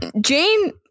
jane